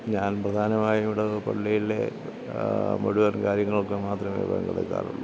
ഞാൻ പ്രധാനമായും ഇടവക പള്ളിയിൽ മുഴുവൻ കാര്യങ്ങൾക്ക് മാത്രമേ പങ്കെടുക്കാറുള്ളു